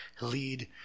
lead